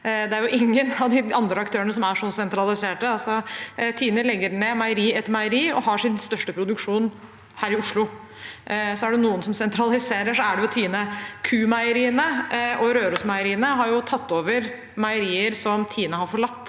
Det er ingen av de andre aktørene som er så sentralisert. TINE legger ned meieri etter meieri og har sin største produksjon her i Oslo. Så er det noen som sentraliserer, er det TINE. Q-Meieriene og Rørosmeieriet har tatt over meierier som TINE har forlatt